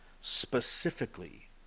specifically